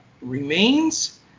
remains